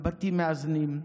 בבתים מאזנים,